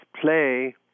play